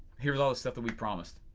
here's all the stuff that we promised.